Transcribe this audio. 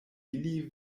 ili